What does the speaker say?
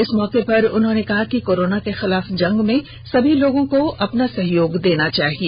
इस मौके पर उन्होंने कहा कि कोरोना के खिलाफ जंग में सभी लोगों को अपना सहयोग देना चाहिए